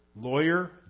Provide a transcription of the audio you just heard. lawyer